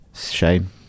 Shame